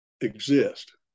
exist